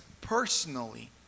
personally